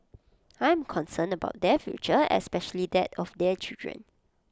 I am concerned about their future especially that of their children